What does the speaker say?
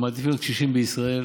הם מעדיפים להיות קשישים בישראל